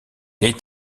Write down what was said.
est